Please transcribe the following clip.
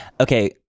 Okay